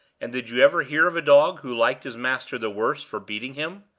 and did you ever hear of a dog who liked his master the worse for beating him?